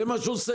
זה מה שהוא עושה.